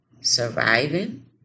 surviving